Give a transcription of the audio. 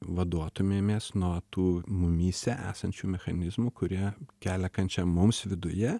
vaduotumėmės nuo tų mumyse esančių mechanizmų kurie kelia kančią mums viduje